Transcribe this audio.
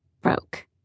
broke